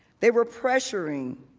they were pressuring,